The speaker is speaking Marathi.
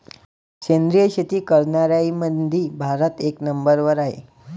सेंद्रिय शेती करनाऱ्याईमंधी भारत एक नंबरवर हाय